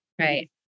right